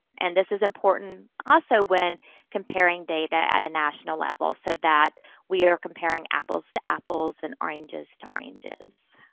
and this is important also when comparing data at a national level so that we are comparing apples to apples and oranges to oranges.